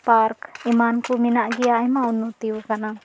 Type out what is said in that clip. park ᱮᱢᱟᱱ ᱠᱚ ᱢᱮᱱᱟᱜ ᱜᱮᱭᱟ ᱟᱭᱢᱟ ᱩᱱᱱᱚᱛᱤ ᱠᱟᱱᱟ